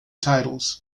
titles